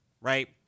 right